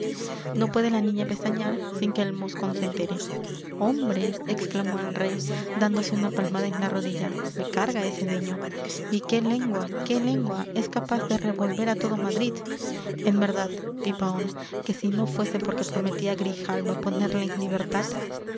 no puede la niña pestañear sin que el moscón se entere hombre exclamó el rey dándose una palmada en la rodilla me carga ese niño y qué lengua qué lengua es capaz de revolver a todo madrid en verdad pipaón que si no fuese porque prometí a grijalva ponerle en libertad